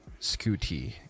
Scooty